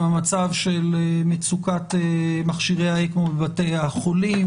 עם המצב של מצוקת מכשירי האקמו בבתי החולים,